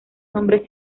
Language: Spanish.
nombre